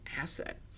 asset